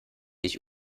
ich